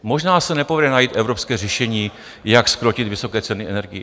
Možná se nepovede najít evropské řešení, jak zkrotit vysoké ceny energií.